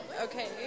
Okay